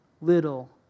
little